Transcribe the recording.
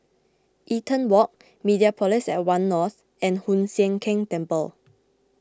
Eaton Walk Mediapolis at one North and Hoon Sian Keng Temple